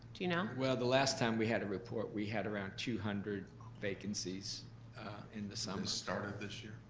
do you know? well, the last time we had a report, we had around two hundred vacancies in the summer. the start of this year?